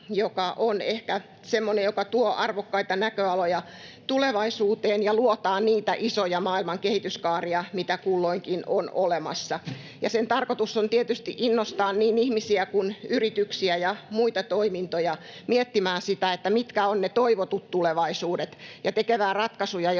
joka on ehkä semmoinen, joka tuo arvokkaita näköaloja tulevaisuuteen ja luotaa niitä isoja maailman kehityskaaria, mitä kulloinkin on olemassa. Sen tarkoitus on tietysti innostaa niin ihmisiä kuin yrityksiä ja muita toimintoja miettimään sitä, mitkä ovat ne toivotut tulevaisuudet, ja tekemään ratkaisuja,